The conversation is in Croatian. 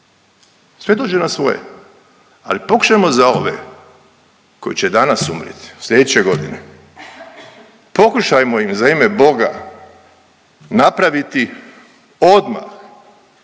Sve dođe na svoje, ali pokušajmo za ove koji će danas umrijeti, slijedeće godine, pokušajmo im za ime Boga napraviti odmah